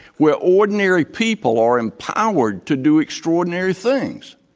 where ordinary people are empowered to do extraordinary things?